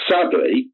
Sadly